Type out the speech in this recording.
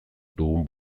dugun